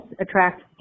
attract